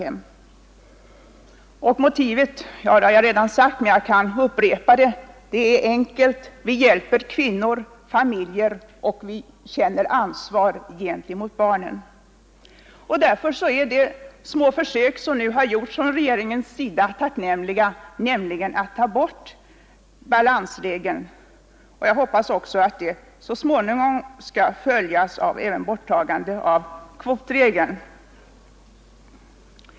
Och motivet? Det har jag redan sagt, men jag kan upprepa det, eftersom det är enkelt; vi hjälper kvinnor och familjer och känner ansvar gentemot barnen. Därför är de små försök att ta bort balansregeln som nu har gjorts från regeringens sida tacknämliga. Jag hoppas också att de så småningom skall följas även av ett borttagande av kvotregeln.